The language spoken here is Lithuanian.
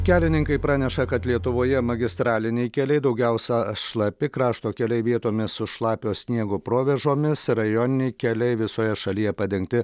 kelininkai praneša kad lietuvoje magistraliniai keliai daugiausia šlapi krašto keliai vietomis su šlapio sniego provėžomis rajoniniai keliai visoje šalyje padengti